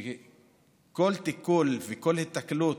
שכל היתקלות,